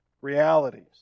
realities